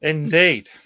Indeed